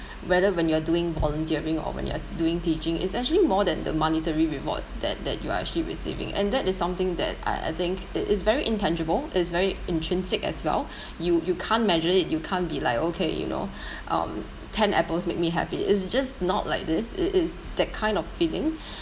whether when you're doing volunteering or when you're doing teaching is actually more than the monetary reward that that you are actually receiving and that is something that I I think it is very intangible it's very intrinsic as well you you can't measure it you can't be like okay you know um ten apples make me happy it's just not like this it it's that kind of feeling